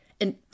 And